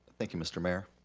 thank you mr. mayor.